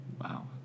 Wow